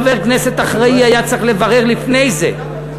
חבר כנסת אחראי היה צריך לברר לפני זה,